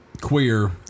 queer